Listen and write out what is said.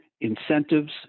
incentives